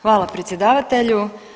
Hvala predsjedavatelju.